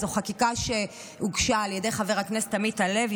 זו חקיקה שהוגשה על ידי חבר הכנסת עמית הלוי,